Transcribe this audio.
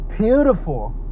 beautiful